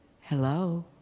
hello